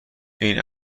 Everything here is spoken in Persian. این